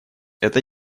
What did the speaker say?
это